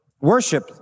Worship